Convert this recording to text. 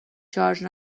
شارژ